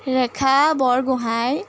Rekha Borgohain